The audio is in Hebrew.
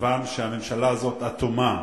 כיוון שהממשלה הזאת אטומה.